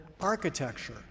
architecture